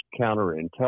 counterintelligence